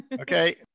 Okay